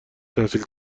تحصیل